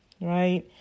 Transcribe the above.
Right